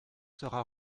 sera